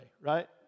right